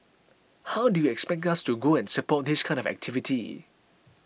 how do you expect us to go and support this kind of activity